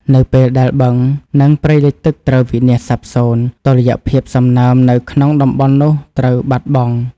នៅពេលដែលបឹង និងព្រៃលិចទឹកត្រូវវិនាសសាបសូន្យ តុល្យភាពសំណើមនៅក្នុងតំបន់នោះត្រូវបាត់បង់។